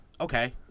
okay